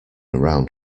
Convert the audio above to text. around